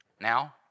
Now